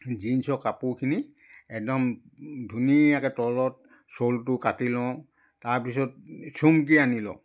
জীনছৰ কাপোৰখিনি একদম ধুনীয়াকৈ তলত ছোলটো কাটি লওঁ তাৰপিছত চুমকি আনি লওঁ